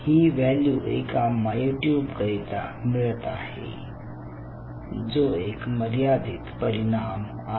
ही value एका मायोट्युब करिता मिळत आहे जो एक मर्यादित परिणाम आहे